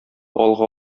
алга